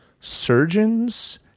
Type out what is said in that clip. surgeons